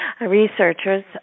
researchers